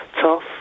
tough